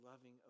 loving